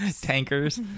Tankers